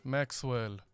Maxwell